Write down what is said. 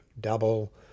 double